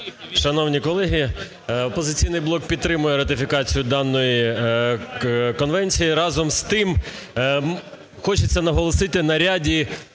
Шановні колеги, "Опозиційний блок" підтримує ратифікацію даної конвенції. Разом з тим хочеться наголосити на ряді